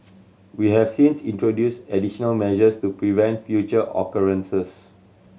we have since introduced additional measures to prevent future occurrences